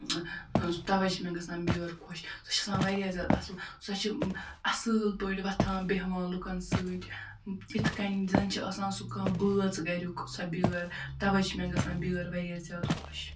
تَوَے چھِ مےٚ گژھان بیٛٲر خۄش سۄ چھِ آسان واریاہ زیادٕ اصٕل سۄ چھِ اَصٕل پٲٹھۍ وۄتھان بیٚہوان لُکَن سۭتۍ یِتھ کٔنۍ زَن چھِ آسان سُہ کانٛہہ بٲژ گَریُک سۄ بیٲر تَوَے چھِ مےٚ گژھان بیٛٲر واریاہ زیادٕ خۄش